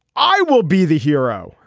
i will be the hero.